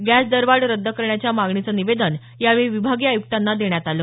gas दरवाढ रद्द करण्याच्या मागणीचं निवेदन यावेळी विभागीय आयुक्तांना सादर करण्यात आलं